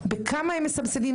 בכמה הם מסבסדים.